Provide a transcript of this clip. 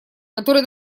который